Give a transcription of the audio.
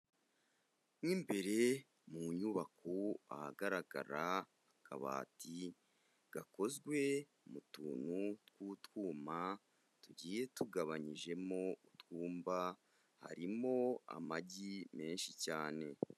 Mo imbere mu nyubako ahagaragara akabati gakozwe mu tuntu tw'utwuyuma, tugiye tugabanyijemo utuwumba, harimo amagi menshi cyane.